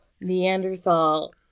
Neanderthal